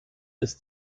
ist